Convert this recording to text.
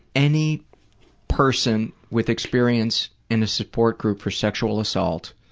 any person with experience in a support group for sexual assault